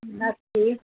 नक्की